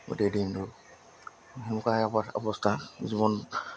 গোটেই দেনটো তেনেকুৱা অৱ অৱস্থা জীৱন